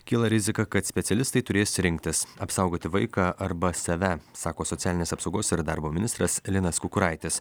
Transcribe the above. kyla rizika kad specialistai turės rinktis apsaugoti vaiką arba save sako socialinės apsaugos ir darbo ministras linas kukuraitis